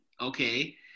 okay